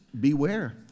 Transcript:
beware